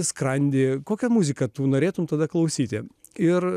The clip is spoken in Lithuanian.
skrandį kokią muziką tu norėtumei tada klausyti ir